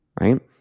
Right